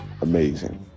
Amazing